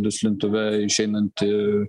duslintuve išeinant ir